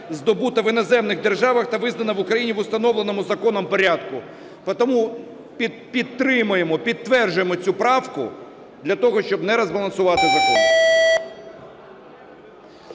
здобута в іноземних державах та визнана в Україні в установленому законом порядку". Тому підтримуємо, підтверджуємо цю правку для того, щоб не розбалансувати закон.